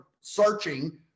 searching